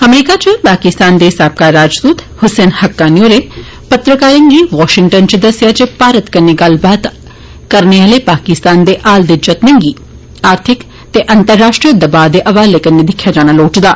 अमरीका इच पाकिस्तान दे साबका राजदूत हुसैन हक्कनी होर पत्रकारें गी बाशिंगटान इच दस्सेया जे भारत कन्नै गल्लबात करने आले पाकिस्तान दे हाल दे जत्नें गी आर्थिक ते आंतराष्ट्रीय दवा दे हवाले कन्नै दिक्खेया जाना लोढ़चदा